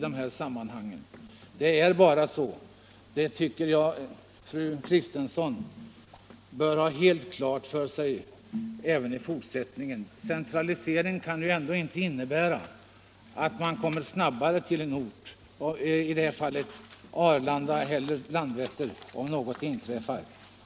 Det tycker jag att fru Kristensson bör ha helt klart för sig. Centralisering kan inte innebära att man kommer snabbare till en ort — i detta fall Arlanda eller Landvetter — om något inträffar.